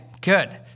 good